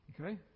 Okay